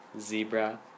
zebra